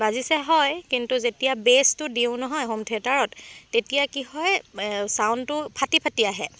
বাজিছে হয় কিন্তু যেতিয়া বেছটো দিও নহয় হোম থিয়েটাৰত তেতিয়া কি হয় চাউণ্ডটো ফাটি ফাটি আহে